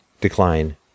decline